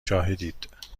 شاهدید